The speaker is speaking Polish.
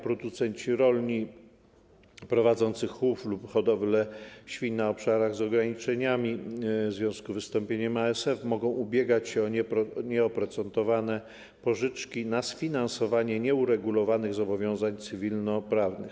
Producenci rolni prowadzący chów lub hodowlę świń na obszarach z ograniczeniami w związku z wystąpieniem ASF mogą ubiegać się o nieoprocentowane pożyczki na sfinansowanie nieuregulowanych zobowiązań cywilnoprawnych.